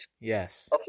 Yes